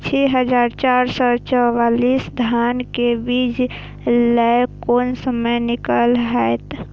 छः हजार चार सौ चव्वालीस धान के बीज लय कोन समय निक हायत?